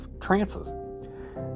trances